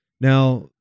Now